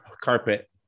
carpet